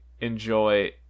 enjoy